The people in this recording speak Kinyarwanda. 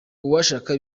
uwashaka